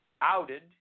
outed